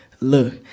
look